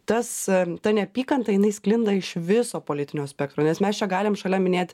tas ta neapykanta jinai sklinda iš viso politinio spektro nes mes čia galim šalia minėt